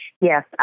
Yes